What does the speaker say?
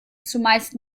zumeist